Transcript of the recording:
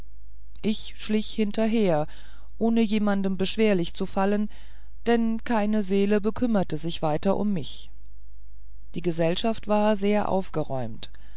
ich schlich hinterher ohne jemandem beschwerlich zu fallen denn keine seele bekümmerte sich weiter um mich die gesellschaft war sehr aufgeräumt